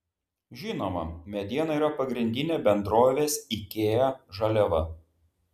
žinoma mediena yra pagrindinė bendrovės ikea žaliava